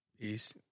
Peace